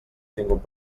tingut